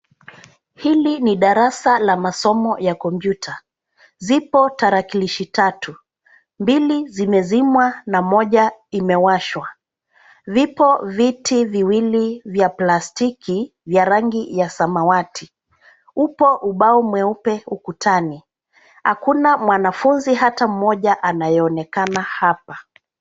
Hili ni darasa la masomo ya kompyuta. Zipo tarakilishi tatu. Mbili zimezimwa na moja imewashwa. Vipo viti viwili vya plastiki vya rangi ya samawati. Upo ubao mweupe ukutani. Hakuna mwanafunzi hata mmoja anayeonekana hapa.